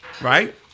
right